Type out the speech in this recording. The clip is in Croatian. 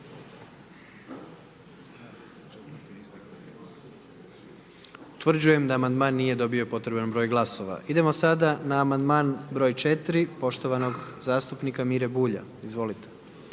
Utvrđujem da amandman nije dobio potreban broj glasova. Idemo na amandman broj 2 istog zastupnika. **Jakop,